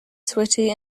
sweaty